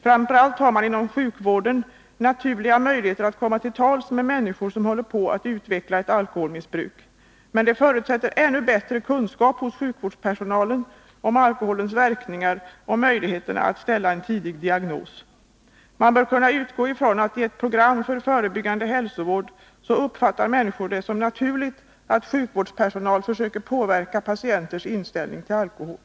Framför allt inom sjukvården har man naturliga möjligheter att komma till tals med människor som håller på att utveckla ett alkoholmissbruk. Men det förutsätter ännu bättre kunskaper hos sjukvårdspersonalen om alkoholens verkningar och möjligheterna att ställa en tidig diagnos. Man bör i ett program för förebyggande hälsovård kunna utgå ifrån att människor uppfattar det som naturligt att sjukvårdspersonalen försöker påverka patienters inställning till alkohol.